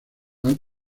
han